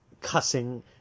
cussing